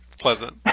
pleasant